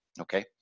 okay